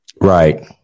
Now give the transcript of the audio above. Right